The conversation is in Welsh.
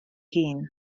hun